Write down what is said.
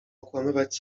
okłamywać